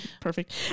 perfect